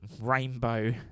rainbow